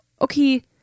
okay